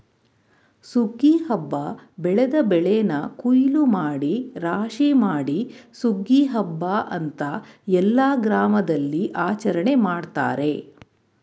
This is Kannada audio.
ಸುಗ್ಗಿ ಹಬ್ಬ ಬೆಳೆದ ಬೆಳೆನ ಕುಯ್ಲೂಮಾಡಿ ರಾಶಿಮಾಡಿ ಸುಗ್ಗಿ ಹಬ್ಬ ಅಂತ ಎಲ್ಲ ಗ್ರಾಮದಲ್ಲಿಆಚರಣೆ ಮಾಡ್ತಾರೆ